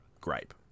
gripe